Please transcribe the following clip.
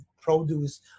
produce